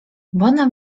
bona